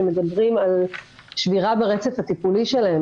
שמדברים על שבירה ברצף הטיפולי שלהם,